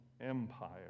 empire